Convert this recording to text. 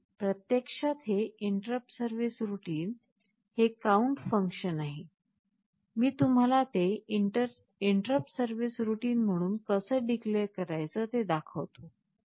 पहा प्रत्यक्षात हे इंटरप्ट सर्व्हिस रूटीन हे काउन्ट फन्कशन आहे मी तुम्हाला ते इंटरप्ट सर्व्हिस रूटीन म्हणून कस declare करायच ते दाखवतो